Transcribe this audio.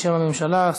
בשם הממשלה,